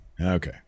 Okay